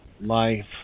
life